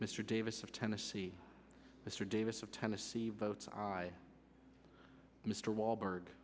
mr davis of tennessee mr davis of tennessee votes mr walberg